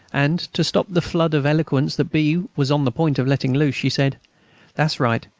and, to stop the flood of eloquence that b. was on the point of letting loose, she said that's right.